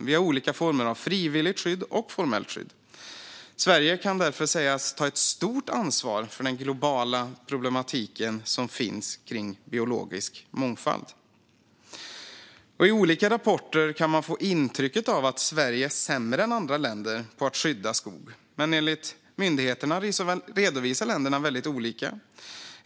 Vi har olika former av frivilligt skydd och formellt skydd. Sverige kan därför sägas ta ett stort ansvar för den globala problematiken kring biologisk mångfald. I olika rapporter kan man få intrycket att Sverige är sämre än andra länder på att skydda skog. Men enligt myndigheterna redovisar länderna på väldigt olika sätt.